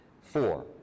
Four